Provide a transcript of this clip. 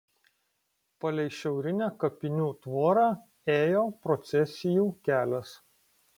palei šiaurinę kapinių tvorą ėjo procesijų kelias